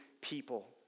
people